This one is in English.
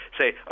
Say